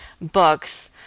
books